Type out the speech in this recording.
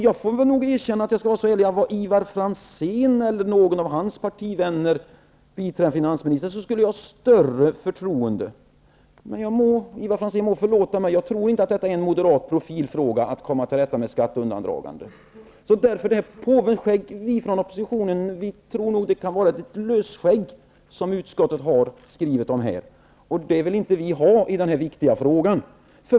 Jag får nog erkänna att om Ivar Franzén eller någon av hans partivänner var biträdande finansminister, skulle jag hysa större förtroende. Ivar Franzén må förlåta mig, men jag tror inte att detta att komma till rätta med skatteundandragande är en moderat profilfråga. När det gäller påvens skägg tror nog vi från oppositionen att det kan vara ett lösskägg som utskottet har skrivit om här -- och det vill inte vi ha i denna viktiga fråga.